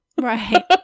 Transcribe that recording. Right